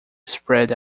spread